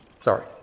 Sorry